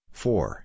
four